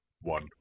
one